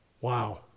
Wow